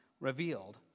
revealed